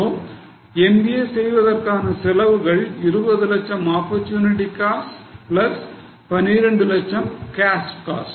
so MBA செய்வதற்கான செலவுகள் 20 லட்சம் ஆப்பர்சூனிட்டி காஸ்ட் பிளஸ் 12 லட்சம் cash cost